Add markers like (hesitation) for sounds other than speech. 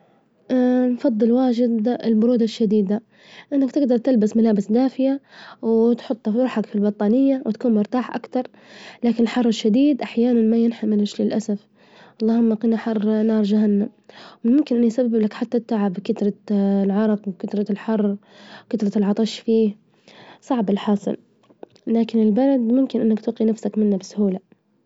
(hesitation) نفظل واجد البرودة الشديدة، إنك تجدر تلبس ملابس دافية، وتحط روحك في البطانية، وتكون مرتاح أكتر، لكن الحر الشديد أحيانا ما ينحملش للأسف، اللهم جنا حر نار جهنم، وممكن إن يسبب لك حتى التعب بكثرة (hesitation) العرج، من كترة الحر، كترة العطش فيه صعب الحصر، لكن البرد ممكن إنك تجي نفسك منه بسهولة.